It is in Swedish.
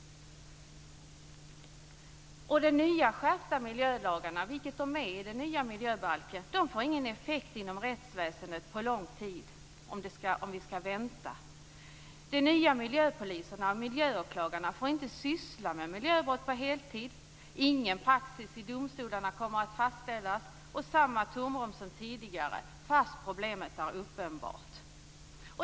De nya, skärpta miljölagarna i den nya miljöbalken får ingen effekt inom rättsväsendet under lång tid om vi skall vänta. De nya miljöpoliserna och miljöåklagarna får inte syssla med miljöbrott på heltid. Ingen praxis i domstolarna kommer att fastställas. Det blir samma tomrum som tidigare, fastän problemet är uppenbart.